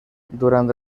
durant